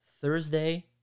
Thursday